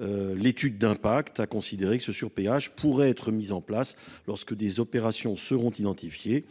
L'étude d'impact à considérer que ce sur péage pourraient être mises en place lorsque des opérations seront identifiés.